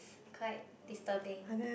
quite disturbing